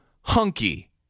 hunky